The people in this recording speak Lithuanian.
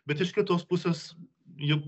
bet iš kitos pusės juk